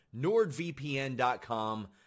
NordVPN.com